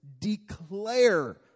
declare